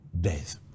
death